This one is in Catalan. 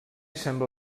sembla